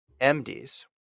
MDs